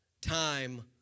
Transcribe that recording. time